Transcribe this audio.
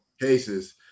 cases